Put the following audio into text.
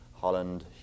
Holland